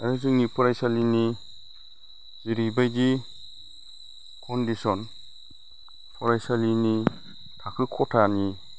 आरो जोंनि फरायसालिनि जेरैबायदि कन्दिस'न फरायसालिनि थाखो खथानि